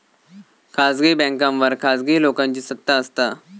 खासगी बॅन्कांवर खासगी लोकांची सत्ता असता